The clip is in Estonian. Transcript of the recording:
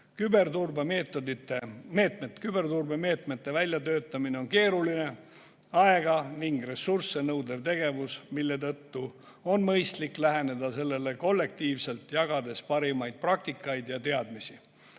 Küberturbemeetmete väljatöötamine on keeruline, aega ning ressursse nõudev tegevus, mille tõttu on mõistlik läheneda sellele kollektiivselt, jagades parimaid praktikaid ja teadmisi.